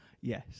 Yes